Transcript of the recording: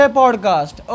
podcast